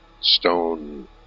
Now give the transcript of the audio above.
stone